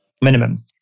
minimum